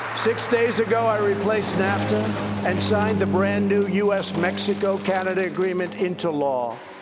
six days ago, i replaced nafta and signed the brand-new u s mexico-canada agreement into law.